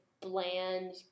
bland